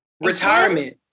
retirement